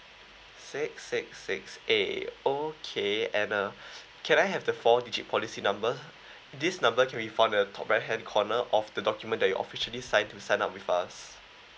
six six six A okay and uh can I have the four digit policy number this number can be found on the top right hand corner of the document that you officially signed to sign up with us